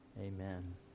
Amen